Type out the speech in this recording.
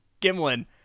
Gimlin